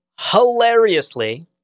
Hilariously